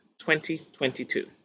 2022